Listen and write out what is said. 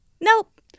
Nope